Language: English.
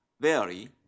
vary